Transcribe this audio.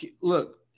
look